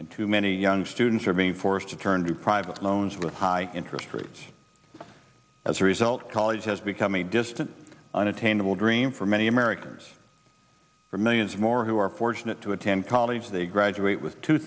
and too many young students are being forced to turn to private loans with high interest rates as a result college has become a distant unattainable dream for many americans for millions more who are fortunate to attend college they graduate with two